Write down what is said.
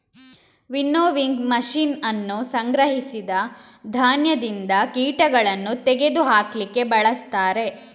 winnowing machine ಅನ್ನು ಸಂಗ್ರಹಿಸಿದ ಧಾನ್ಯದಿಂದ ಕೀಟಗಳನ್ನು ತೆಗೆದು ಹಾಕ್ಲಿಕ್ಕೆ ಬಳಸ್ತಾರೆ